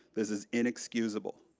this is inexcusable.